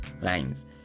lines